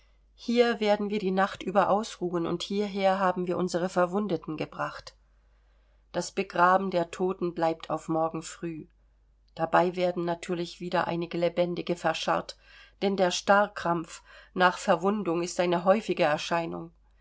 hier werden wir die nacht über ausruhen und hierher haben wir unsere verwundeten gebracht das begraben der toten bleibt auf morgen früh dabei werden natürlich wieder einige lebendige verscharrt denn der starrkrampf nach verwundungen ist eine häufige erscheinung